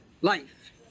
life